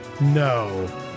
No